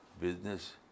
business